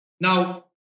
Now